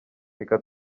reka